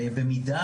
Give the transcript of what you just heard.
כאמור,